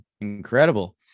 incredible